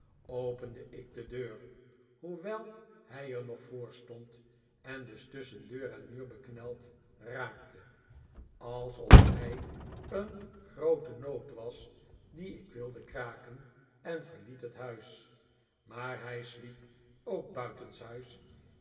opende ik de deur hoewel hij er nog voor stond en dus tusschen deur en muur bekneld raakte alsof hij een groote noot was die ik wilde kraken en verliet het huis maar hij sliep ook buitenshuis